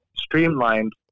streamlined